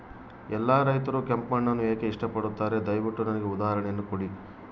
ಎಲ್ಲಾ ರೈತರು ಕೆಂಪು ಮಣ್ಣನ್ನು ಏಕೆ ಇಷ್ಟಪಡುತ್ತಾರೆ ದಯವಿಟ್ಟು ನನಗೆ ಉದಾಹರಣೆಯನ್ನ ಕೊಡಿ?